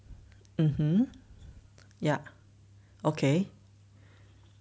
mm hmm yup okay